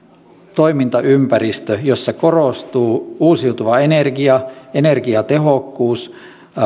toimintaympäristö jossa korostuu uusiutuva energia energiatehokkuus